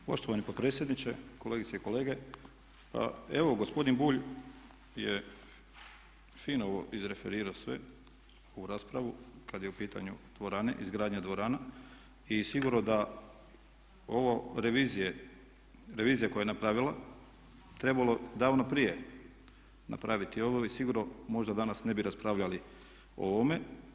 Poštovani potpredsjedniče, kolegice i kolege pa evo gospodin Bulj je fino ovo izreferiro sve, ovu raspravu kad je u pitanju dvorane, izgradnja dvorana i sigurno da ovo revizija koja je napravila trebalo davno prije napraviti ovo i sigurno možda danas ne bi raspravljali o ovome.